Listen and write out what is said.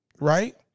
Right